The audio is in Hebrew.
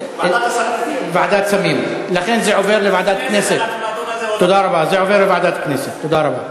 לוועדה שתקבע ועדת הכנסת נתקבלה.